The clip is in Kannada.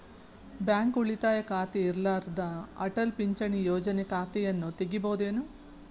ಬ್ಯಾಂಕ ಉಳಿತಾಯ ಖಾತೆ ಇರ್ಲಾರ್ದ ಅಟಲ್ ಪಿಂಚಣಿ ಯೋಜನೆ ಖಾತೆಯನ್ನು ತೆಗಿಬಹುದೇನು?